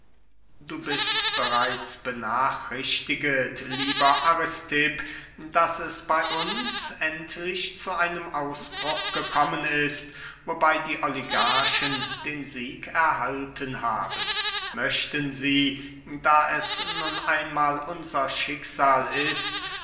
du bist bereits benachrichtiget lieber aristipp daß es bey uns endlich zu einem ausbruch gekommen ist wobey die oligarchen den sieg erhalten haben möchten sie da es nun einmahl unser schicksal ist